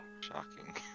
shocking